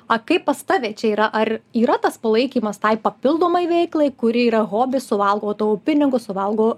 a kai pas tave čia yra ar yra tas palaikymas tai papildomai veiklai kuri yra hobis suvalgo tavo pinigus suvalgo